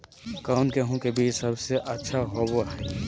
कौन गेंहू के बीज सबेसे अच्छा होबो हाय?